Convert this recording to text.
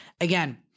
again